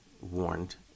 warned